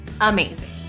Amazing